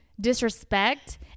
disrespect